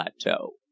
plateau